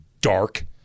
dark